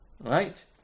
right